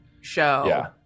show